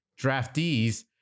draftees